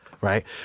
right